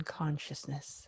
consciousness